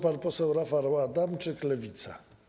Pan poseł Rafał Adamczyk, Lewica.